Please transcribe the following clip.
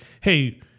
hey